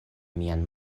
mian